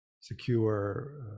secure